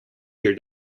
your